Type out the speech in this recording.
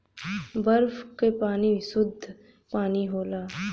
बरफ क पानी सुद्ध पानी होला